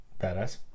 Badass